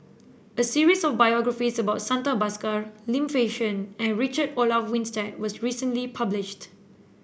a series of biographies about Santha Bhaskar Lim Fei Shen and Richard Olaf Winstedt was recently published